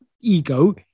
ego